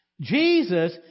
Jesus